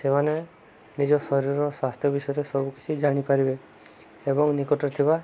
ସେମାନେ ନିଜ ଶରୀରର ସ୍ୱାସ୍ଥ୍ୟ ବିଷୟରେ ସବୁକିଛି ଜାଣିପାରିବେ ଏବଂ ନିକଟରେ ଥିବା